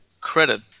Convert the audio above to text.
credit